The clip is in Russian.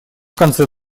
конце